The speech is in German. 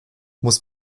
muss